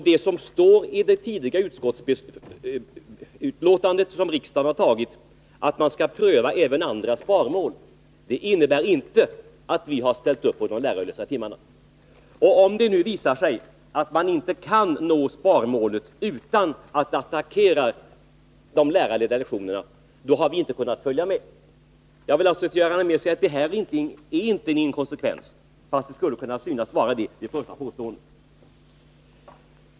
Det som står i det tidigare betänkandet, att man skall pröva även andra sparåtgärder, innebär inte att vi har ställt upp på de lärarlösa timmarna. Om man för att nå sparmålet måste attackera de lärarledda lektionerna vill vi inte vara med. Detta är alltså inte en inkonsekvens, Göran Allmér, även om det kan synas så vid första anblicken.